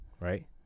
right